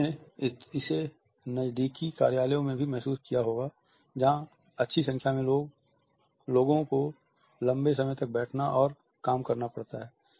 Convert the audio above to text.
आपने इसे नज़दीकी कार्यालयों में भी महसूस किया होगा जहाँ अच्छी संख्या में लोगों को लंबे समय तक बैठना और काम करना पड़ता है